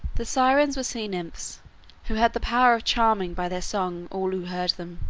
the sirens were sea-nymphs who had the power of charming by their song all who heard them,